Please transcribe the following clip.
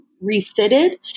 refitted